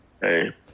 hey